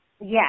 Yes